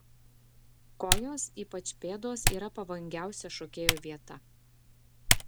kojos ypač pėdos yra pavojingiausia šokėjų vieta